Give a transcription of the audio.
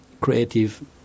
creative